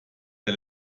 der